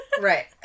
Right